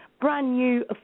brand-new